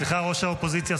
סליחה, ראש האופוזיציה.